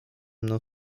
mną